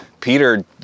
Peter